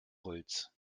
holz